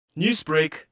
Newsbreak